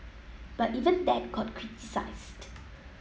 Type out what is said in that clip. but even that got criticised